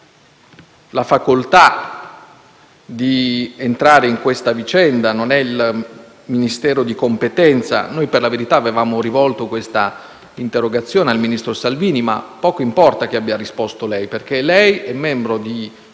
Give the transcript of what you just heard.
la facoltà di entrare in questa vicenda, che non è quello di competenza. Noi, per la verità, avevamo rivolto questa interrogazione al ministro Salvini, ma poco importa che abbia risposto lei, perché è membro di